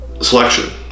selection